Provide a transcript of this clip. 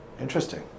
Interesting